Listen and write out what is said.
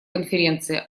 конференции